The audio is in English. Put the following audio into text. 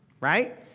right